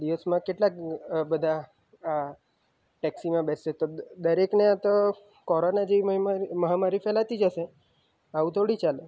દિવસમાં કેટલા બધા આ ટેક્સીમાં બેસે તો દરેકને આ તો કોરોના જેવી બીમારી મહામારી ફેલાતી જશે આવું થોડી ચાલે